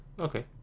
Okay